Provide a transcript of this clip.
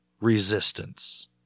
resistance